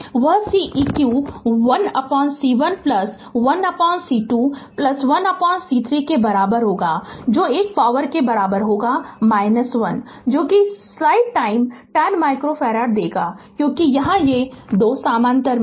Refer slide time 1756 वह Ceq 1C1 1C2 1C3 के बराबर होगा जो एक पॉवर के बराबर होगा 1 जो कि स्लाइड टाइम 10 माइक्रो फैराड देगा क्योंकि यहां यह 2 समानांतर में हैं